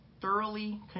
thoroughly